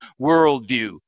worldview